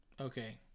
Okay